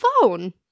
phone